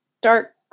dark